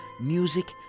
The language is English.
music